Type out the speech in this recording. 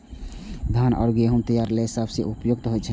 धान आ गहूम तैयारी लेल ई सबसं उपयुक्त होइ छै